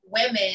women